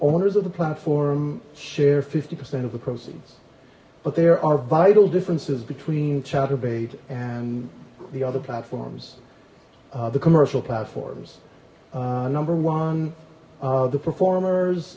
owners of the platform share fifty percent of the proceeds but there are vital differences between chatterbait and the other platforms the commercial platforms number one the performers